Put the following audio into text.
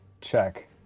check